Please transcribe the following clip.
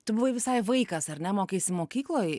tu buvai visai vaikas ar ne mokėsi mokykloj